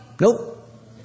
Nope